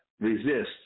resists